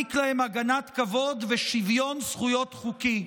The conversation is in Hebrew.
נעניק להם הגנת כבוד ושוויון זכויות חוקי".